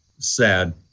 sad